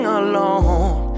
alone